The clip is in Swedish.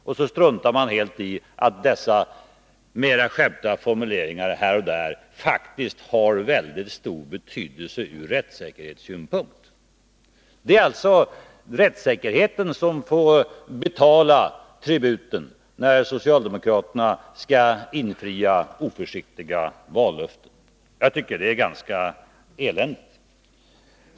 Men man struntar helt i att dessa skärpningar av formuleringarna faktiskt har väldigt stor betydelse ur rättssäkerhetssynpunkt. Det är alltså rättssäkerheten som får betala tributen när socialdemokraterna skall infria oförsiktiga vallöften. Jag tycker att det är ganska eländigt.